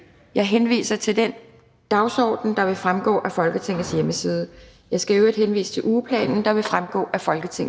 Jeg henviser til den dagsorden, der fremgår af Folketingets hjemmeside. Jeg skal i øvrigt henvise til ugeplanen, der fremgår af Folketingets hjemmeside.